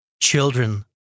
Children